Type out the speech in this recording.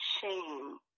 shame